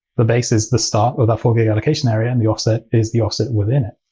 the base is the start of that four gig allocation area, and the offset is the offset within it.